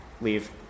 leave